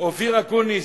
אופיר אקוניס,